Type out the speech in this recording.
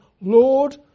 Lord